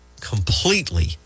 completely